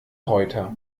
reuter